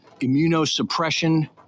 immunosuppression